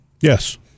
Yes